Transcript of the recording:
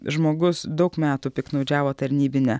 žmogus daug metų piktnaudžiavo tarnybine